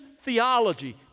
theology